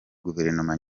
guverinoma